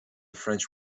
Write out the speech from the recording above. french